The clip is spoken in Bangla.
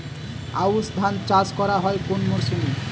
আউশ ধান চাষ করা হয় কোন মরশুমে?